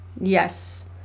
Yes